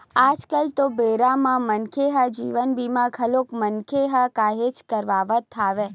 आज कल तो बेरा म मनखे ह जीवन बीमा घलोक मनखे ह काहेच के करवात हवय